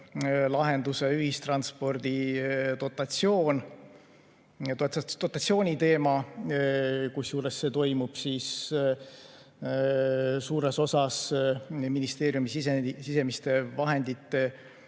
lahenduse ühistranspordi dotatsiooni teema, kusjuures see toimub suures osas ministeeriumi sisemiste vahendite